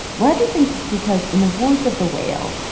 roger thinks it's because in the voice of the whale,